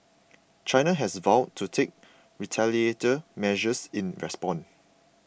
China has vowed to take retaliatory measures in response